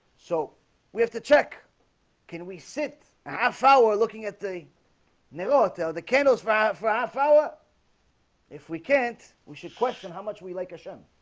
so we have to check can we sit and half-hour looking at the new hotel the candles right for our flower if we can't we should question how much we like hashem?